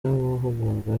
y’amahugurwa